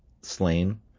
Slain